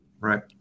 Right